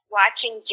watching